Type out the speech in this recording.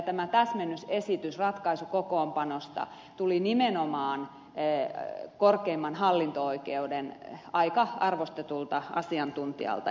tämä täsmennysesitys ratkaisu kokoonpanosta tuli nimenomaan korkeimman hallinto oikeuden aika arvostetulta asiantuntijalta